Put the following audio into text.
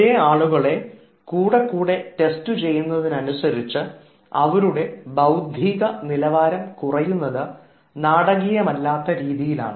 ഒരേ ആളുകളെ കൂടെ കൂടെ ടെസ്റ്റ് ചെയ്യുന്നതിനനുസരിച്ച് അവരുടെ ബൌദ്ധിക നിലവാരം കുറയുന്നത് നാടകീയമല്ലാത്ത രീതിയിലാണ്